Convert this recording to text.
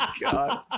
God